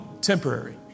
temporary